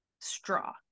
straw